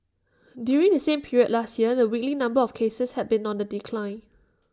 during the same period last year the weekly number of cases had been on the decline